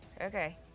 okay